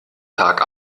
tag